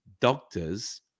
doctors